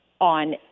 on